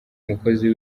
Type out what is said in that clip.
mukozi